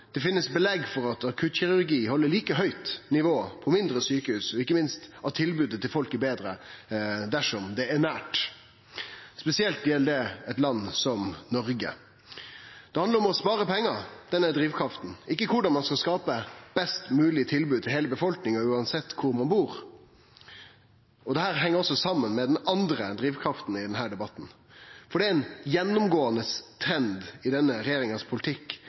det finst belegg for at akuttkirurgi held like høgt nivå på mindre sjukehus, og ikkje minst at tilbodet til folk er betre dersom det er nært. Spesielt gjeld det eit land som Noreg. Denne drivkrafta handlar om å spare pengar, ikkje om korleis ein skal skape best moglege tilbod til heile befolkninga, uansett kvar ein bur. Dette heng òg saman med den andre drivkrafta i denne debatten. For det er ein gjennomgåande trend i politikken til denne